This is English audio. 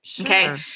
Okay